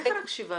איך רק 7%?